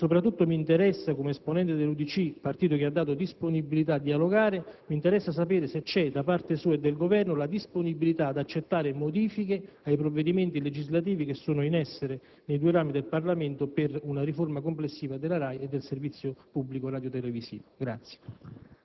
Soprattutto, come esponente dell'UDC, partito che ha espresso la disponibilità a dialogare, mi interessa sapere se vi è da parte sua e del Governo la disponibilità ad accettare modifiche ai provvedimenti legislativi che sono in essere nei due rami del Parlamento per una riforma complessiva della RAI e del servizio pubblico radiotelevisivo.